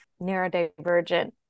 neurodivergent